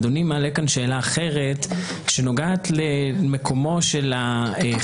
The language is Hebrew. אדוני מעלה כאן שאלה אחרת שנוגעת למקומו של החייב,